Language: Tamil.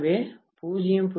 எனவே 0